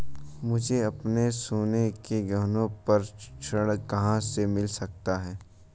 मुझे अपने सोने के गहनों पर ऋण कहां से मिल सकता है?